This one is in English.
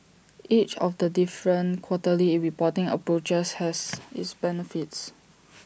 each of the different quarterly reporting approaches has its benefits